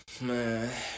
Man